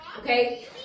Okay